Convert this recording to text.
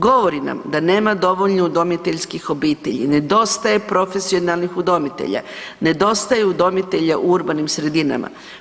Govori nam da nema dovoljno udomiteljskih obitelji, nedostaje profesionalnih udomitelja, nedostaje udomitelja u urbanim sredinama.